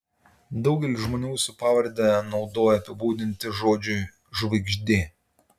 daugelis žmonių jūsų pavardę naudoja apibūdinti žodžiui žvaigždė